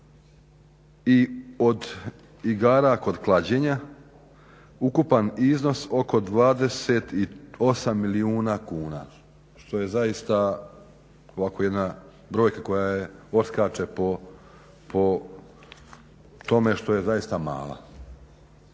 i od igara kod klađenja ukupan iznos oko 28 milijuna kuna. Što je zaista ovako jedna brojka koja odskače po tome što je zaista mala.